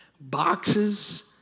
Boxes